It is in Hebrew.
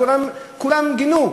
כולם גינו.